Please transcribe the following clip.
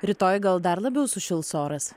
rytoj gal dar labiau sušils oras